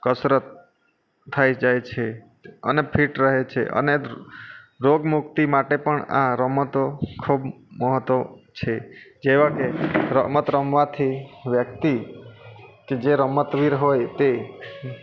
કસરત થઈ જાય છે અને ફિટ રહે છે અને રોગ મુક્તિ માટે પણ આ રમતો ખૂબ મહત્ત્વ છે જેવા કે રમત રમવાથી વ્યક્તિ કે જે રમતવીર હોય તે